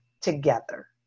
together